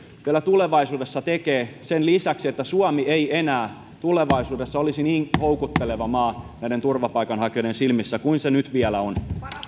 vielä tulevaisuudessa tekee tämän lisäksi jotta suomi ei enää tulevaisuudessa olisi niin houkutteleva maa turvapaikanhakijoiden silmissä kuin se nyt vielä on